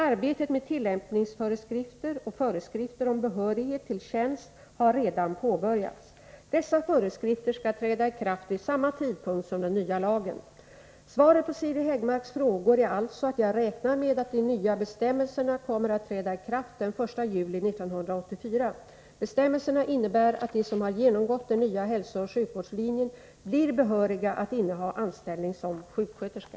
Arbetet med tillämpningsföreskrifter och föreskrifter om behörighet till tjänst har redan påbörjats. Dessa föreskrifter skall träda i kraft vid samma tidpunkt som den nya lagen. Svaret på Siri Häggmarks frågor är alltså att jag räknar med att de nya bestämmelserna kommer att träda i kraft den 1 juli 1984. Bestämmelserna innebär att de som har genomgått den nya hälsooch sjukvårdslinjen blir behöriga att inneha anställning som sjuksköterska.